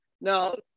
no